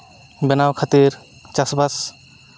ᱵᱮᱱᱟᱣ ᱠᱷᱟᱹᱛᱤᱨ ᱪᱟᱥᱼᱵᱟᱥ